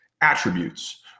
attributes